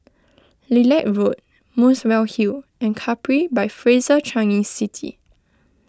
Lilac Road Muswell Hill and Capri by Fraser Changi City